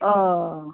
अँ